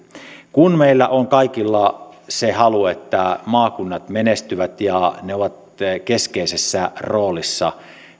kun meillä on kaikilla se halu että maakunnat menestyvät ja ne ovat keskeisessä roolissa